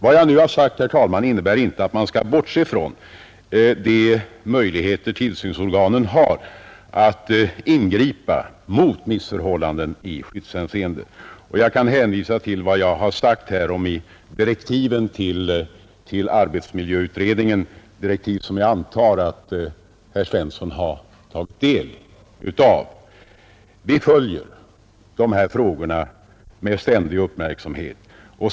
Vad jag nu har sagt, herr talman, innebär inte att man skall bortse från de möjligheter tillsynsorganen har att ingripa mot missförhållanden i skyddshänseende. Jag kan hänvisa till vad jag har sagt härom i direktiven till arbetsmiljöutredningen, direktiv som jag antar att herr Svensson har tagit del av. Vi följer dessa frågor med oavbruten uppmärksamhet.